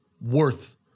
worth